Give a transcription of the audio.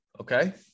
okay